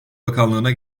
bakanlığına